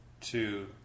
two